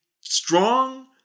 strong